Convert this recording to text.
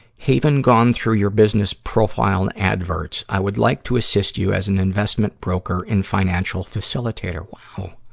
haven gone through your business profile adverts. i would like to assist you as an investment broker and financial facilitator. wow!